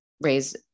raise